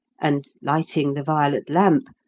and lighting the violet lamp,